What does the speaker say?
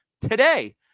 today